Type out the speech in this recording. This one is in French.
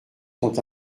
sont